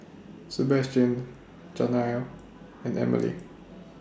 Sebastian Janiah and Amalie